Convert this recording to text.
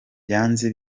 byanze